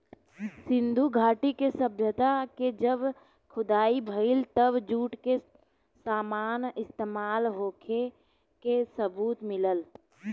सिंधु घाटी के सभ्यता के जब खुदाई भईल तब जूट के सामान इस्तमाल होखे के सबूत मिलल